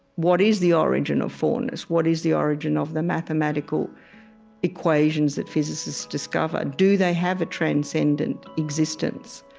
what is the origin of fourness? what is the origin of the mathematical equations that physicists discovered? do they have a transcendent existence?